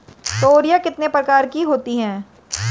तोरियां कितने प्रकार की होती हैं?